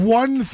one